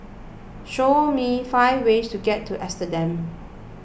show me five ways to get to Amsterdam